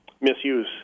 misuse